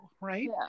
right